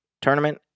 tournament